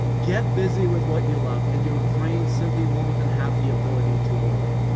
get busy with what you love and your brain simply won't even have the ability to worry.